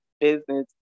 business